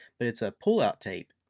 but it's a pull-out tape.